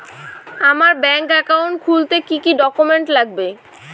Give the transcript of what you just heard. আমার bank account খুলতে কি কি ডকুমেন্ট লাগবে?